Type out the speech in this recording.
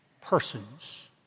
persons